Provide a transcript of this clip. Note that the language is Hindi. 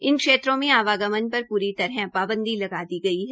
इन क्षेत्रों में आवागमन पर पूरी तरह पांबदी लगा दी गई है